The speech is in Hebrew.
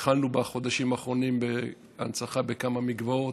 התחלנו בחודשים האחרונים בהנצחה בכמה מקוואות,